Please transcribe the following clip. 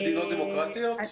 במדינות דמוקרטיות?